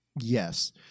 Yes